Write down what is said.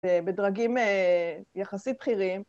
בדרגים יחסית בכירים.